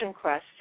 quest